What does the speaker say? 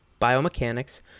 biomechanics